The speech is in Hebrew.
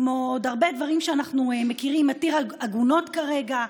כמו עוד הרבה דברים שאנחנו מכירים יש את "מתיר עגונות" כרגע,